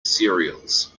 cereals